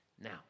Now